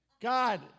God